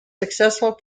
successful